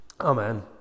Amen